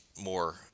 more